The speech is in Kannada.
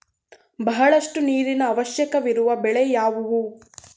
ಬಹಳಷ್ಟು ನೀರಿನ ಅವಶ್ಯಕವಿರುವ ಬೆಳೆ ಯಾವುವು?